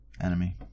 enemy